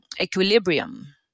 equilibrium